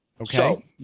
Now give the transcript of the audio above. okay